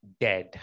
dead